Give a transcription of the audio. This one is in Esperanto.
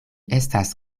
estas